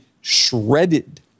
shredded